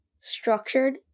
structured